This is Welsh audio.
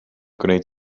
gwneud